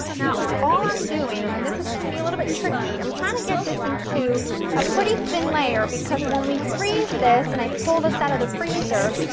now, all i'm doing and this this can be a little bit tricky, i'm trying to get this into a pretty thin layer because when we freeze this and i pull this out of the freezer,